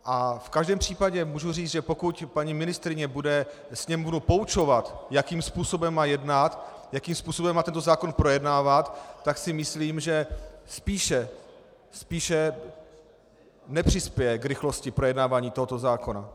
V každém případě můžu říct, že pokud paní ministryně bude Sněmovnu poučovat, jakým způsobem má jednat, jakým způsobem má tento zákon projednávat, tak si myslím, že spíše nepřispěje k rychlosti projednávání tohoto zákona.